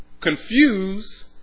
confuse